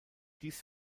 dies